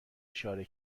اشاره